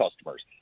customers